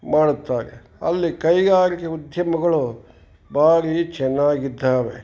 ಮಾಡುತ್ತಾರೆ ಅಲ್ಲಿ ಕೈಗಾರಿಕೆ ಉದ್ಯಮಗಳು ಬಾರೀ ಚೆನ್ನಾಗಿದ್ದಾವೆ